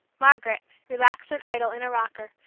margaret, relaxed and idle, in a rocker,